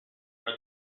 are